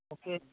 okay